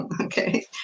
okay